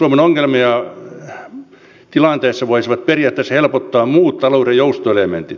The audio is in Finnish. suomen ongelmia tilanteessa voisivat periaatteessa helpottaa muut talouden joustoelementit